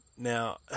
Now